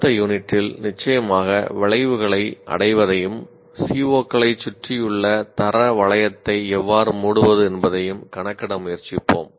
அடுத்த யூனிட்டில் நிச்சயமாக விளைவுகளை அடைவதையும் CO களைச் சுற்றியுள்ள தர வளையத்தை எவ்வாறு மூடுவது என்பதையும் கணக்கிட முயற்சிப்போம்